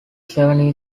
seven